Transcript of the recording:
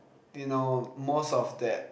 you know most of that